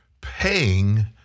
paying